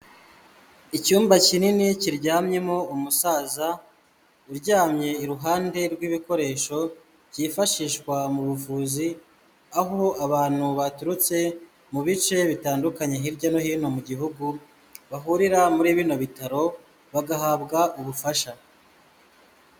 Icyumba kinini kiryamyemo umusaza, uryamye iruhande rw'ibikoresho byifashishwa mu buvuzi, aho abantu baturutse mu bice bitandukanye, hirya no hino mu gihugu, bahurira muri bino bitaro bagahabwa ubufasha.